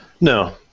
No